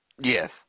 yes